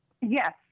Yes